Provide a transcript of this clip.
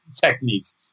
techniques